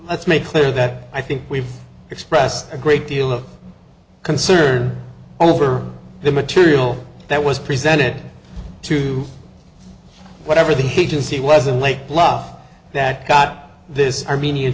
let's make clear that i think we've expressed a great deal of concern over the material that was presented to whatever the heat to see was in lake bluff that got this armenian